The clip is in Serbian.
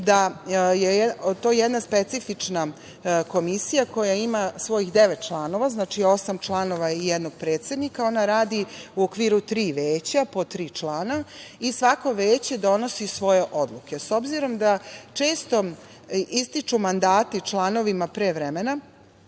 da je to jedna specifična komisija koja ima svojih devet članova. Znači, osam članova i jednog predsednika. Ona radi u okviru tri veća po tri člana i svako veće donosi svoje odluke.S obzirom da često ističu mandati članovima pre vremena,